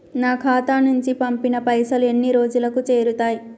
నా ఖాతా నుంచి పంపిన పైసలు ఎన్ని రోజులకు చేరుతయ్?